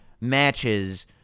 matches